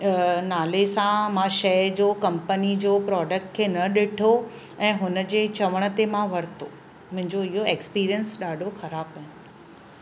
नाले सां मां शइ जो कंपनी जो प्रोडक्ट खे न ॾिठो ऐं हुन जे चवण ते मां वरितो मुंहिंजो इहो एक्सपीरियंस ॾाढो ख़राबु आहे